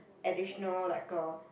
additional like a